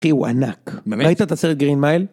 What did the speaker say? ‫כי הוא ענק. ‫-באמת? ‫-ראית את הסרט גרין מייל?